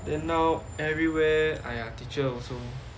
then now everywhere !aiya! teacher